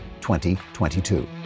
2022